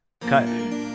cut